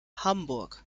hamburg